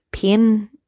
pen